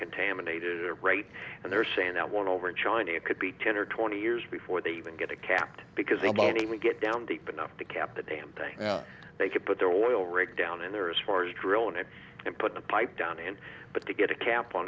contaminated right and they're saying that one over in china could be ten or twenty years before they even get a capped because they won't even get down deep enough to cap the damn thing they could put their oil rig down in there as far as drilling it and put the pipe down and but to get a cap on